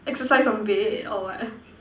exercise on bed or what